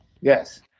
Yes